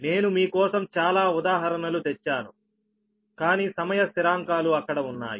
నేను మీ కోసం చాలా ఉదాహరణలు తెచ్చాను కాని సమయ స్థిరాంకాలు అక్కడ ఉన్నాయి